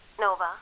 Nova